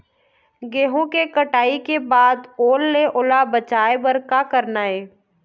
गेहूं के कटाई के बाद ओल ले ओला बचाए बर का करना ये?